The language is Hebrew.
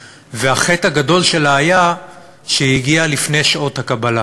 והחטא הגדול שלה היה שהיא הגיעה לפני שעות הקבלה,